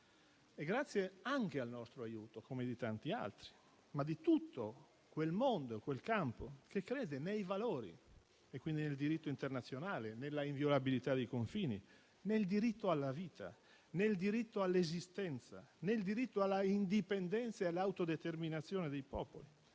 Grazie anche al nostro aiuto, come di tanti altri, di tutto quel mondo, di quel campo che crede nei valori, nel diritto internazionale, nella inviolabilità dei confini, nel diritto alla vita, nel diritto all'esistenza, nel diritto alla indipendenza e all'autodeterminazione dei popoli: